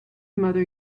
mother